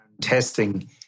Testing